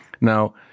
Now